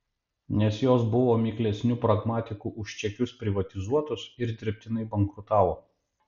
nes jos buvo miklesnių pragmatikų už čekius privatizuotos ir dirbtinai bankrutavo